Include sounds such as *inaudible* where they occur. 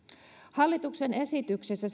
hallituksen esityksessä *unintelligible*